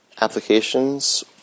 applications